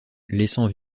laissant